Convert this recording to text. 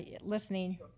listening